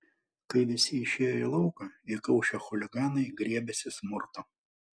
kai visi išėjo į lauką įkaušę chuliganai griebėsi smurto